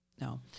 no